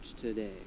today